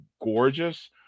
gorgeous